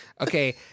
Okay